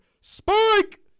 Spike